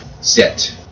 set